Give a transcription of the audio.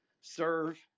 serve